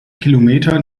kilometer